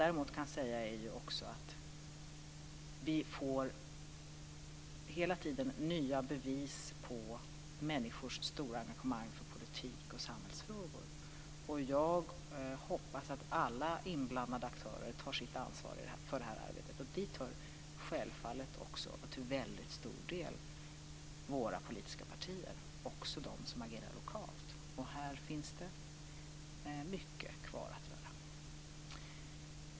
Däremot kan jag också säga vi hela tiden får nya bevis på människors stora engagemang för politik och samhällsfrågor. Jag hoppas att alla inblandande aktörer tar sitt ansvar för det här arbetet. Dit hör självfallet också till väldigt stor del våra politiska partier, också de som agerar lokalt. Här finns det mycket kvar att göra.